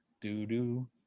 Do-do